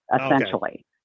essentially